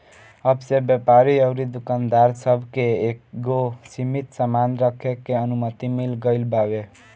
अब से व्यापारी अउरी दुकानदार सब के एगो सीमित सामान रखे के अनुमति मिल गईल बावे